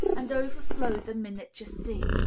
and overflow the miniature sea.